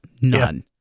none